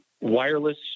wireless